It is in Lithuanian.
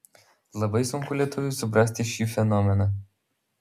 labai sunku lietuviui suprasti šį fenomeną